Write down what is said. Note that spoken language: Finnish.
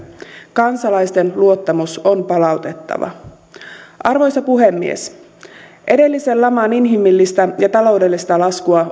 kansalaisten luottamus on palautettava arvoisa puhemies edellisen laman inhimillistä ja taloudellista laskua